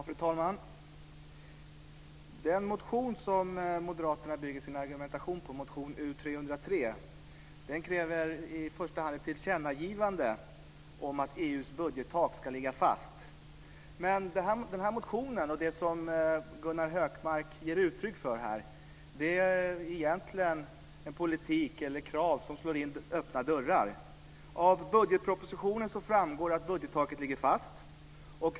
Fru talman! I den motion som moderaterna bygger sin argumentation på, motion U303, kräver man i första hand ett tillkännagivande om att EU:s budgettak ska ligga fast. Den här motionen och det som Gunnar Hökmark ger uttryck för här innebär egentligen en politik som slår in öppna dörrar. Av budgetpropositionen framgår det att budgettaket ligger fast.